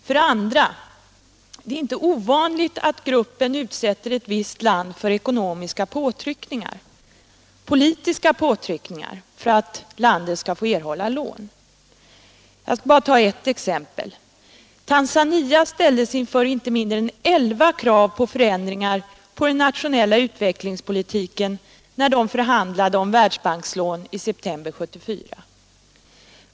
För det andra är det inte ovanligt att gruppen utsätter ett visst land för ekonomiska påtryckningar — politiska påtryckningar — för att det skall få lån. Jag skall ta bara ett exempel. Tanzania ställdes inför inte mindre än elva krav på förändringar av den nationella utvecklingspolitiken när landet förhandlade om Världsbankslån i september 1974.